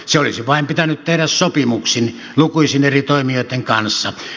se olisi vain pitänyt tehdä sopimuksin lukuisten eri toimijoitten kanssa